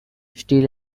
steel